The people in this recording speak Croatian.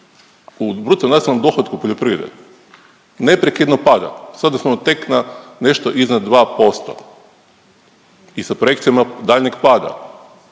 u bruto nacionalnom dohotku poljoprivrede neprekidno pada. Sada smo tek na nešto iznad 2% i sa projekcijama daljnjeg pada.